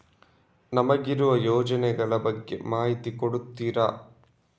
ನಮಗಿರುವ ಯೋಜನೆಗಳ ಬಗ್ಗೆ ಮಾಹಿತಿ ಕೊಡ್ತೀರಾ?